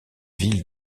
villes